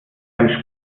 ein